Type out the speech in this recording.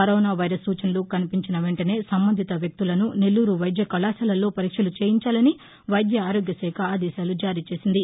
corona virus సూచనలు కనిపించిన వెంటనే సంబంధిత వ్యక్తులను నెల్లూరు వైద్య కళాశాలల్లో పరీక్షలు చేయించాలని వైద్య ఆరోగ్య శాఖ సూచించింది